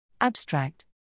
Abstract